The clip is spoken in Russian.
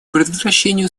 предотвращению